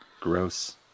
Gross